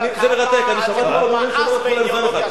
הציבור מאס באידיאולוגיה שלך.